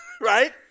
right